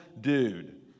dude